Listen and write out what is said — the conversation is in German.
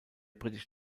britisch